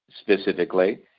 specifically